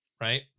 right